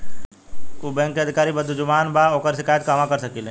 उ बैंक के अधिकारी बद्जुबान बा ओकर शिकायत कहवाँ कर सकी ले